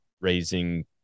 raising